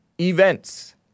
events